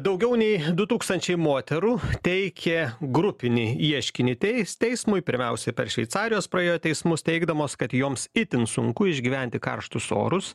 daugiau nei du tūkstančiai moterų teikė grupinį ieškinį teis teismui pirmiausia per šveicarijos praėjo teismus teigdamos kad joms itin sunku išgyventi karštus orus